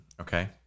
Okay